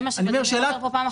זה מה שעולה פה פעם אחר פעם.